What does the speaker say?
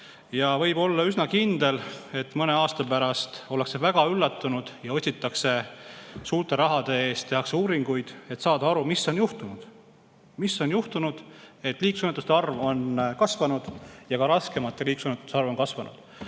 Võib olla üsna kindel, et mõne aasta pärast ollakse väga üllatunud ja otsitakse [selle põhjust], suurte rahade eest tehakse uuringuid, et saada aru, mis on juhtunud. Mis on juhtunud, et liiklusõnnetuste arv on kasvanud, ka raskemate liiklusõnnetuste arv on kasvanud?